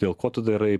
dėl ko tu darai